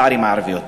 ובערים הערביות.